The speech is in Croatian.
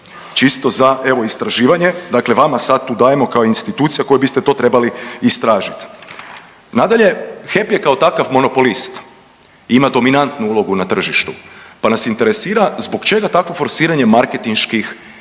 čisto za evo istraživanje. Dakle, vama sad tu dajemo kao institucija koja biste to trebali istražiti. Nadalje HEP je kao takav monopolist, ima dominantnu ulogu na tržištu pa nas interesira zbog čega takvo forsiranje marketinških